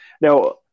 Now